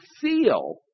feel